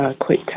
quick